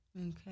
Okay